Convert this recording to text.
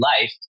life